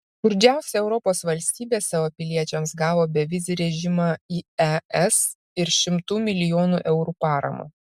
skurdžiausia europos valstybė savo piliečiams gavo bevizį režimą į es ir šimtų milijonų eurų paramą